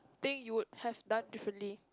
thing you would have done differently